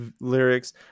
lyrics